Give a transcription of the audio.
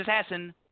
assassin